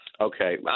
Okay